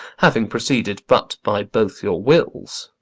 having proceeded but by both your wills.